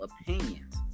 opinions